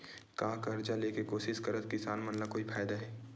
का कर्जा ले के कोशिश करात किसान मन ला कोई फायदा हे?